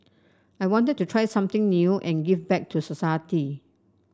I wanted to try something new and give back to society